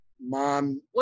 mom